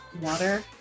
water